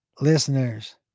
listeners